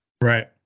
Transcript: Right